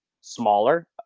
smaller